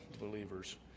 believers